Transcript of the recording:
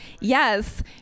Yes